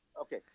Okay